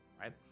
right